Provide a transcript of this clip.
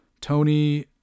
Tony